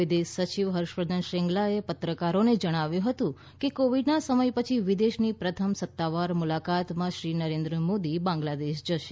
વિદેશ સચિવ હર્ષવર્ધન શ્રૃંગલાએ પત્રકારોને જણાવ્યું હતું કે કોવિડના સમય પછી વિદેશની પ્રથમ સત્તાવર મુલાકાતમાં શ્રી નરેન્દ્ર મોદી બાંગ્લાદેશ જશે